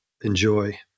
enjoy